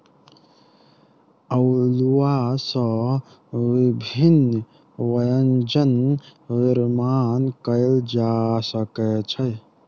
अउलुआ सॅ विभिन्न व्यंजन निर्माण कयल जा सकै छै